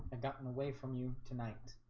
i've gotten away from you tonight